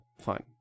fine